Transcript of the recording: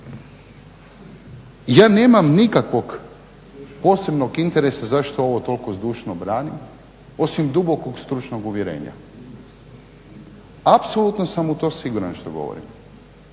Ja nemam nikakvog posebnog interesa zašto ovo toliko zdušno branim osim dubokog stručnog uvjerenja. Apsolutno sam u to siguran što govorim.